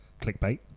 clickbait